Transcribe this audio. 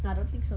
I don't think so